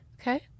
Okay